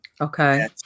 Okay